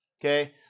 Okay